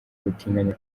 ubutinganyi